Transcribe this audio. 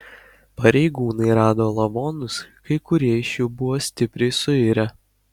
pareigūnai rado lavonus kai kurie iš jų buvo stipriai suirę